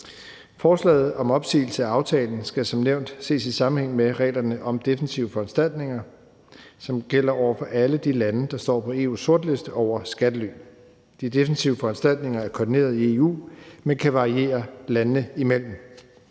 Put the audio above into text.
Forslaget om opsigelse af aftalen skal som nævnt ses i sammenhæng med reglerne om defensive foranstaltninger, som gælder over for alle de lande, der står på EU's sortliste over skattely. De defensive foranstaltninger er koordineret i EU, men kan variere landene imellem.